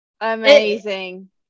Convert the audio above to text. amazing